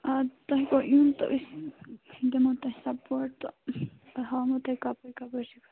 آ تۄہہِ گوٚو یُن تہٕ أسۍ دِمہو تۄہہِ سَپورٹ تہٕ بہٕ ہاوہو تۄہہِ کَپٲرۍ کَپٲرۍ چھُ